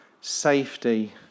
safety